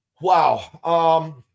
Wow